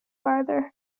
farther